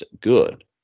good